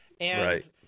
Right